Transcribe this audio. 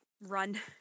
run